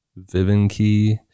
Vivinkey